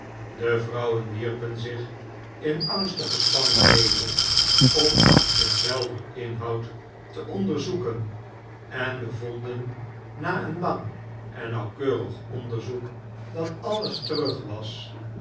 de vrouwen wierpen zich in angstige spanning neder om derzelver inhoud te onderzoeken en bovonden na een lang en nauwkeurig onderzoek dat alles terug was